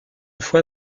fois